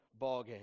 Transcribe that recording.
ballgame